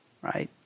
right